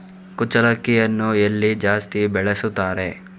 ಕುಚ್ಚಲಕ್ಕಿಯನ್ನು ಎಲ್ಲಿ ಜಾಸ್ತಿ ಬೆಳೆಸುತ್ತಾರೆ?